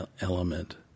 element